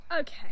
okay